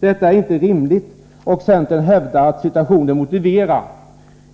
Detta är inte rimligt, och centern hävdar att situationen motiverar